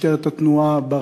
נפטר מפצעיו